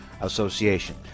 association